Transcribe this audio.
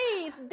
please